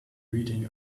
reading